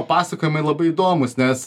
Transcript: pasakojimai labai įdomūs nes